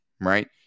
right